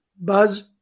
Buzz